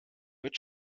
wird